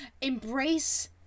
Embrace